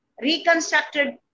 reconstructed